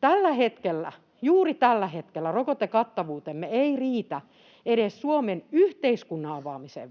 Tällä hetkellä, juuri tällä hetkellä, rokotekattavuutemme ei riitä vielä edes Suomen yhteiskunnan avaamiseen.